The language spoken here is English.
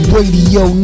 Radio